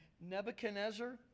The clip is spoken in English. Nebuchadnezzar